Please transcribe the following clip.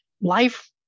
life